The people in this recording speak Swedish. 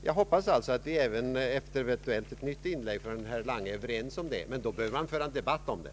Jag hoppas alltså att vi även efter ett eventuellt nytt inlägg från herr Lange är överens härom. Men då behöver vi föra en debatt om det.